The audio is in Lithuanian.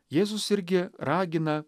jėzus irgi ragina